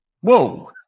Whoa